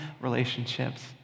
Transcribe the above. relationships